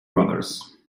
brothers